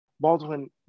Baldwin